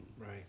Right